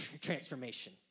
transformation